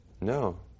No